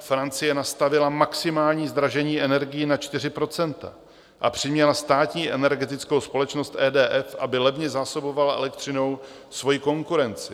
Francie nastavila maximální zdražení energií na 4 % a přiměla státní energetickou společnost EDF, aby levně zásobovala elektřinou svoji konkurenci.